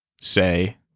say